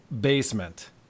Basement